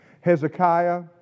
Hezekiah